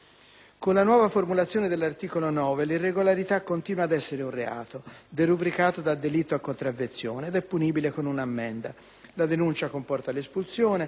Occorre ricordare che il numero degli irregolari sul nostro territorio è sconosciuto e variamente indicato da fonti responsabili in cifre comprese tra mezzo milione e un milione.